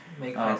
uh